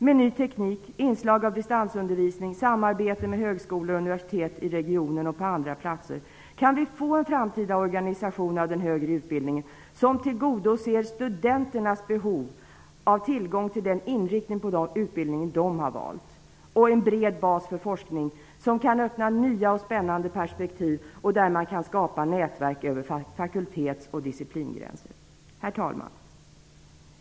Med ny teknik, inslag av distansundervisning, samarbete mellan högskolor och universitet i regionen och på andra platser kan vi få en framtida organisation av den högre utbildningen som tillgodoser studenternas behov av tillgång till den inriktning på utbildningen som de har valt. Vi kan också få en bred bas för forskning som kan öppna nya och spännande perspektiv och där man kan skapa nätverk över fakultets och disciplingränser. Herr talman!